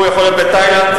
הוא יכול להיות בתאילנד,